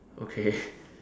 okay